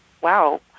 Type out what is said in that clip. wow